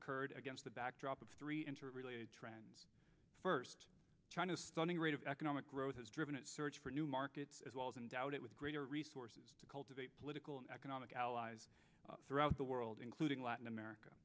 occurred against the backdrop of three interrelated trends first china's stunning rate of economic growth has driven its search for new markets as well as in doubt it with greater resources to cultivate political and economic allies throughout the world including latin america